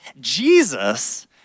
Jesus